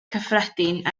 cyffredin